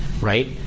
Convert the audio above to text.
right